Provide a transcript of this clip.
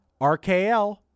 RKL